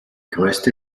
größte